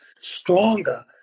stronger